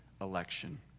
election